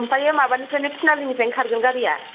ओमफायो माबानिफ्रायनो थिनालिनिफ्रायनो खारगोन गारिया